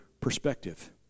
perspective